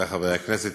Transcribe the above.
חברי חברי הכנסת,